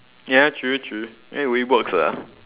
ya true true ya it works ah